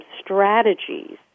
strategies